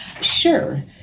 Sure